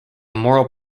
moral